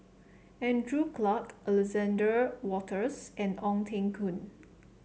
Andrew Clarke Alexander Wolters and Ong Teng Koon